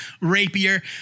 rapier